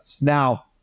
Now